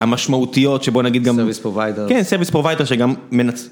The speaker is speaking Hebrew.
המשמעותיות שבואו נגיד גם, כן, Service Provider שגם...